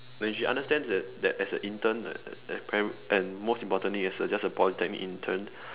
then she understands that that as an intern the prim~ and most importantly as a just a polytechnic intern